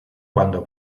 cuando